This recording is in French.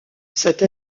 cette